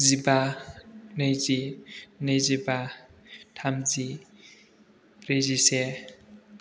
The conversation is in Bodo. जिबा नैजि नैजिबा थामजि ब्रैजिसे